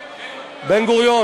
בן-גוריון.